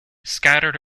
scattered